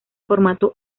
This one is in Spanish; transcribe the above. formato